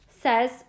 says